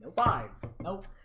five nope.